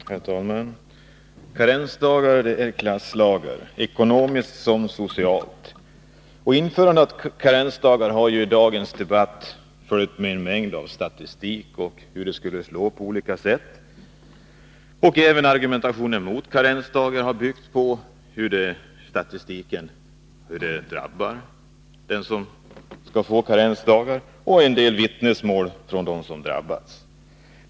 Herr talman! Karensdagar är klasslagar, ekonomiskt som socialt. Med dagens debatt om införandet av karensdagar har följt en mängd statistik om hur det skulle slå på olika sätt. Även argumentationen mot karensdagar har byggt på hur de som får karensdagar enligt statistiken kommer att drabbas. Det har även förekommit en del vittnesmål från dem som kommer att drabbas.